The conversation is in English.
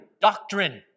doctrine